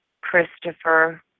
Christopher